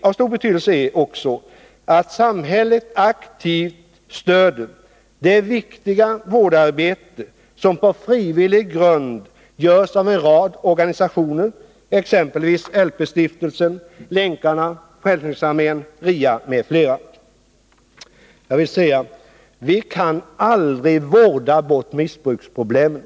Av stor betydelse är också att samhället aktivt stöder det viktiga vårdarbete som på frivillig grund utförs av en rad organisationer, t.ex. LP-stiftelsen, Länkarna, Frälsningsarmén, RIA m.fl. Jag vill säga att vi aldrig kan vårda bort missbruksproblemen.